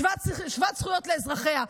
שוות זכויות לאזרחיה.